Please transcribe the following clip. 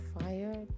fired